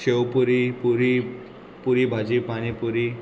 शेव puri puri puri bhaji pani पुरी